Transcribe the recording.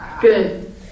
Good